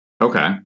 okay